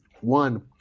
One